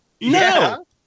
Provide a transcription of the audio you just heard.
No